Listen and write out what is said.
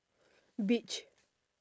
beach